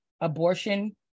abortion